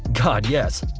god, yes.